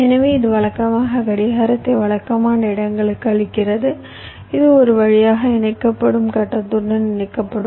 எனவே இது வழக்கமாக கடிகாரத்தை வழக்கமான இடங்களுக்கு அளிக்கிறது இது ஒரு வழியாக இணைக்கப்படும் கட்டத்துடன் இணைக்கப்படும்